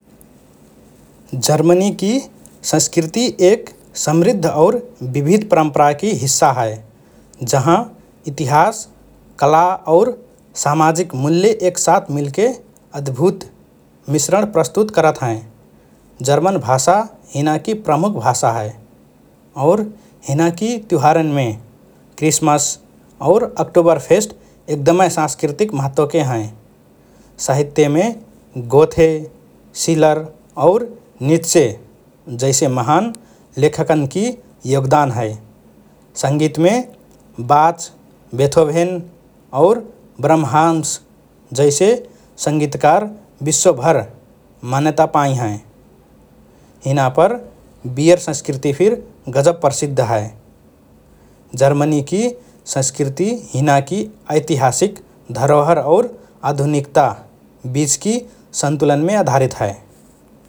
जर्मनीकि संस्कृति एक समृद्ध और विविध परम्पराकि हिस्सा हए, जहाँ इतिहास, कला और सामाजिक मूल्य एकसाथ मिलके अद्भुत मिश्रण प्रस्तुत करत हएँ । जर्मन भाषा हिनाकि प्रमुख भाषा हए और हिनाकि त्युहारन्मे क्रिसमस और अक्टोबरफेस्ट एकदमए सांस्कृतिक महत्वके हएँ । साहित्यमे गोथे, शिलर और नीत्से जैसे महान लेखकन्कि योगदान हए । संगीतमे बाच, बेथोभेन, और ब्रहम्स जैसे संगीतकार विश्वभर मान्यता पाइँ हएँ । हिनापर बियर संस्कृति फिर गजब प्रसिद्ध हए । जर्मनीकि संस्कृति हिनाकि ऐतिहासिक धरोहर और आधुनिकता बीचकि सन्तुलनमे आधारित हए ।